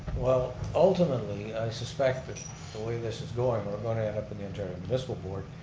well ultimately i suspect that the way this is going we're going to end up in the internal municipal board.